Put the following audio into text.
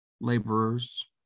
laborers